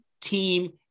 team